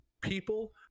People